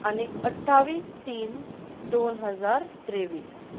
आनीक अठ्ठावीस तीन दोन हजार तेवीस